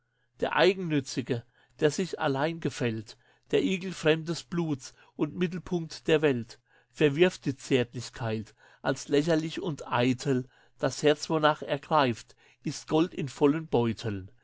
der eigennützige der sich allein gefällt der igel fremdes bluts und mittelpunkt der welt verwirft die zärtlichkeit als lächerlich und eitel das herz wonach er greift ist gold in vollen beuteln